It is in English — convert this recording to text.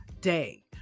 day